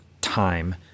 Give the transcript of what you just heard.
time